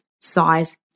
size